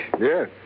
Yes